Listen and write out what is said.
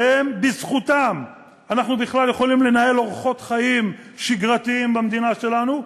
שבזכותם אנחנו בכלל יכולים לקיים אורחות חיים שגרתיים במדינה שלנו,